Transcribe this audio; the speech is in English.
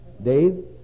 Dave